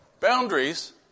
Boundaries